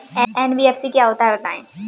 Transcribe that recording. NBFC क्या होता है बताएँ?